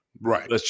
Right